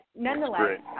Nonetheless